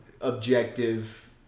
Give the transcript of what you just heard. objective